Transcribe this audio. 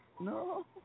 No